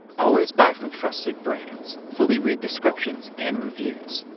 always buy from trusted brands, fully read descriptions and reviews,